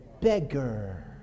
beggar